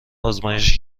آزمایش